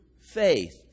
faith